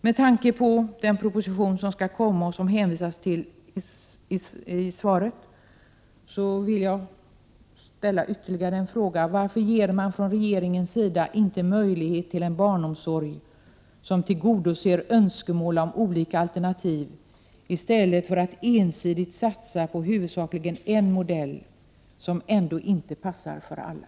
Med tanke på den proposition som skall komma och som det hänvisas till i svaret vill jag ställa ytterligare en fråga: Varför ger man från regeringens sida inte möjlighet till en barnomsorg som tillgodoser önskemål om olika alternativ, i stället för att ensidigt satsa på huvudsakligen en modell som ändå inte passar för alla?